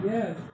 Yes